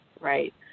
right